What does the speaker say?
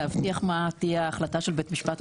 להבטיח מה תהיה ההחלטה של בית המשפט,